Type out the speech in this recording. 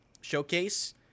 Showcase